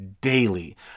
daily